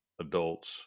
adults